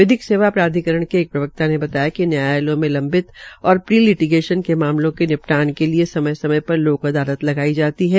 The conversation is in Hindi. विधिक सेवा प्राधिकरण के एक प्रवक्ता ने बताया कि न्यायलयों में लंबित और प्रीलिटिगेशन के मामलों के निपटान के लिये समय समय पर लोक अदालत आयोजित की जाती है